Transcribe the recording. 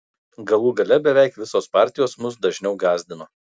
galų gale beveik visos partijos mus dažniau gąsdino